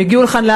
הם הגיעו לכאן,